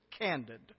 candid